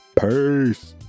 Peace